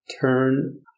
turn